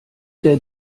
der